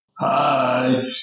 Hi